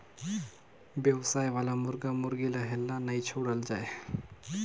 बेवसाय वाला मुरगा मुरगी ल हेल्ला नइ छोड़ल जाए